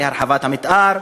להרחבת המתאר,